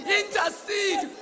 intercede